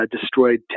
destroyed